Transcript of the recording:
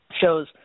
shows